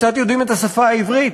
שקצת יודעים את השפה העברית,